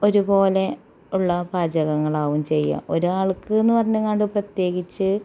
ഒരുപോലെ ഉള്ള പാചകങ്ങളാവും ചെയ്യുക ഒരാൾ ഒക്കെ എന്ന് പറഞ്ഞാലെങ്ങാണ്ട് പ്രത്യേകിച്ച്